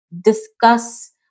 discuss